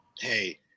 hey